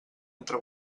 entre